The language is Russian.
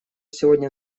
сегодня